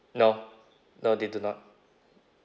no no they do not